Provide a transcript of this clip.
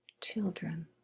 children